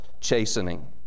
chastening